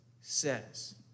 says